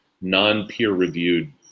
non-peer-reviewed